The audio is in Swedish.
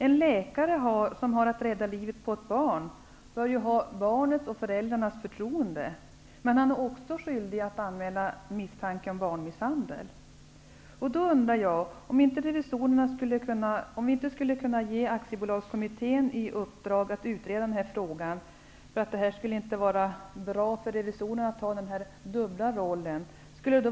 En läkare som har att rädda liv på ett barn, bör ha barnets och föräldrarnas förtroende. Men läkaren är också skyldig att anmäla misstanke om barnmisshandel. Jag undrar om vi inte skulle kunna ge Aktiebolagskommittén i uppdrag att utreda frågan om revisorerna. Det kanske inte är bra för revisorerna att ha en dubbel roll.